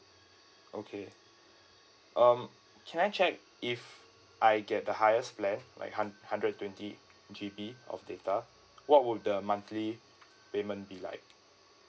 okay um can I check if I get the highest plan like hund~ hundred and twenty G_B of data what would the monthly payment be like